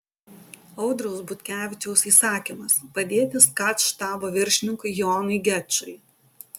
audriaus butkevičiaus įsakymas padėti skat štabo viršininkui jonui gečui